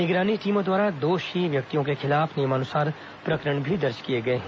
निगरानी टीमों द्वारा दोषी व्यक्तियों के खिलाफ नियमानुसार प्रकरण भी दर्ज किए गए हैं